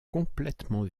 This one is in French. complètement